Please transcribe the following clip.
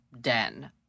den